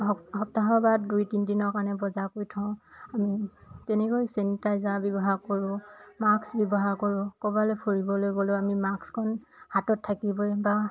সপ্তাহৰ বা দুই তিনিদিনৰ কাৰণে বজাৰ কৰি থওঁ আমি তেনেকৈ চেনিটাইজাৰ ব্যৱহাৰ কৰোঁ মাক্স ব্যৱহাৰ কৰোঁ ক'ৰবালৈ ফুৰিবলৈ গ'লেও আমি মাক্সখন হাতত থাকিবই বা